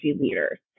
leaders